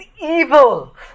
evil